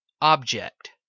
Object